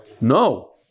No